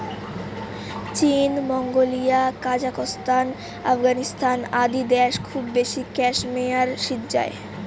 চীন, Mongolia, Kazakhstan, Afghanistan আদি দ্যাশ খুব বেশি ক্যাশমেয়ার সিজ্জায়